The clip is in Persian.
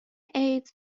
ایدز